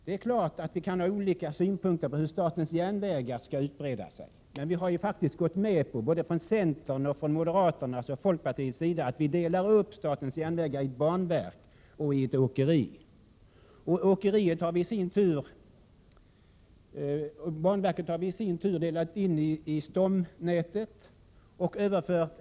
Det är klart att vi kan ha olika synpunkter på hur statens järnvägar skall utbreda sig, men centern, moderaterna och folkpartiet har ju faktiskt gått med på att SJ skall delas upp på ett banverk och ett åkeri. Järnvägsnätet i sin tur delas upp i stomnät och länsjärnvägar.